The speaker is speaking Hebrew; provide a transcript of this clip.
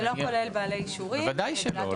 זה לא כולל בעלי אישורים --- בוודאי שלא.